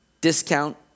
discount